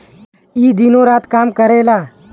ई दिनो रात काम करेला